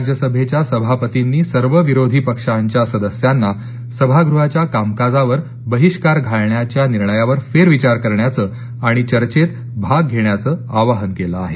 राज्यसभेच्या सभापतींनी सर्व विरोधी पक्षांच्या सदस्यांना सभागृहाच्या कामकाजावर बहिष्कार घालण्याच्या निर्णयावर फेरविचार करण्याचा आणि चर्चेत भाग घेण्याचं आवाहन केलं आहे